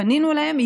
פנינו אליהם,